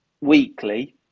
weekly